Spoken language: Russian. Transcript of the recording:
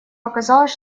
оказалось